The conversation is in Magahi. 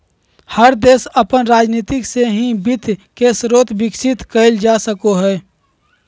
हर देश के अपन राजनीती से ही वित्त के स्रोत विकसित कईल जा सको हइ